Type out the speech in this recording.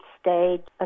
stage